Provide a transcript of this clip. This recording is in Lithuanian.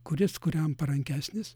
kuris kuriam parankesnis